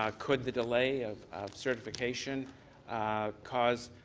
ah could the delay of certification cause